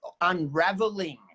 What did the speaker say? unraveling